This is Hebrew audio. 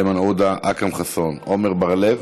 איימן עודה, אכרם חסון, עמר בר-לב.